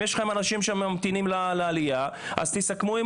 אם יש לכם כרגע אנשים שממתינים לעלייה אז תסכמו עם